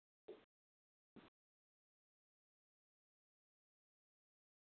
न न मां पूछी वठां न कंफर्म हुजे त तहांखे चवंदुमि फालतू में तहांखे बि परेशान छो कयां भईया